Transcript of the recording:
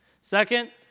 Second